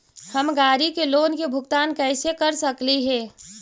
हम गाड़ी के लोन के भुगतान कैसे कर सकली हे?